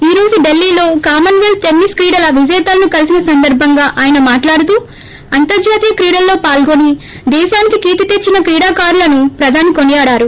ఈ రోజు ఢిల్లీలో కామన్ పెల్త్ టెన్నిస్ క్రీడల విజేతలను కలిసిన సందర్భంగా మాట్లాడుతూ అంతర్హాతీయ క్రీడల్లో పాల్గొని దేశానికీ కీర్తి తెచ్చిన క్రీడాకారులను ప్రదాని కొనియాడారు